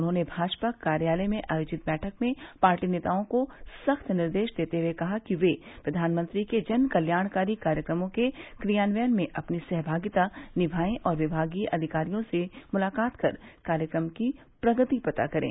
उन्होंने भाजपा कार्यालय में आयोजित बैठक में पार्टी नेतओं को सख्त निर्देश देते हुए कहा कि वे प्रधानमंत्री के जनकल्याणकारी कार्यक्रमों के क्रियान्वयन में अपनी सहभागिता निभायें और विभागीय अधिकारियों से मुलाकात कर कार्यक्रम की प्रगति पता करें